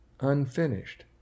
unfinished